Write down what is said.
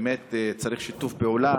באמת צריך שיתוף פעולה,